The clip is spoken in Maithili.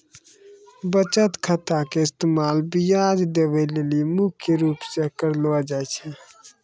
बचत खाता के इस्तेमाल ब्याज देवै लेली मुख्य रूप से करलो जाय छै